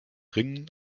ringen